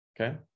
okay